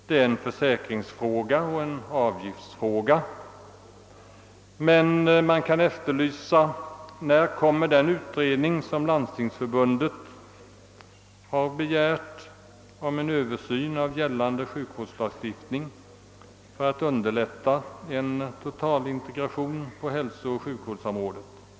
Det är en försäkringsoch avgiftsfråga, och man kan fråga sig när den av Landstingsförbundet begärda utredningen om en översyn av gällande sjukvårdslagstiftning för att underlätta en total integration på hälsooch sjukvårdsområdet skall komma.